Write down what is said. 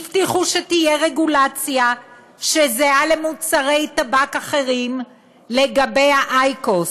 הבטיחו שתהיה רגולציה שזהה למוצרי טבק אחרים לגבי האייקוס,